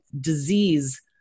disease